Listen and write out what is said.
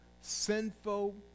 sinful